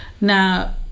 Now